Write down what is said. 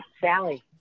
Sally